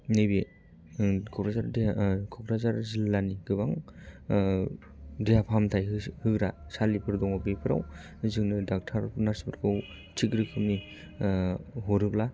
नैबे क'क्राझार देहा क'क्राझार जिल्लानि गोबां देहा फाहामथाय होग्रा सालिफोर दंङ बेफोराव जोनो डाक्टार नार्स फोरखौ थिग रोखोमनि हरोब्ला